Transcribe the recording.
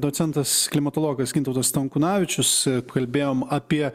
docentas klimatologas gintautas stankūnavičius kalbėjom apie